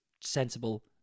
sensible